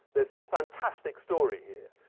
there's this fantastic story here.